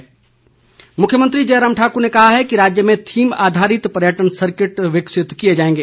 पर्यटन मुख्यमंत्री जयराम ठाकुर ने कहा है कि राज्य में थीम आधारित पर्यटन सर्किट विकसित किए जाएंगे